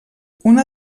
una